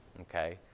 Okay